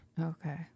okay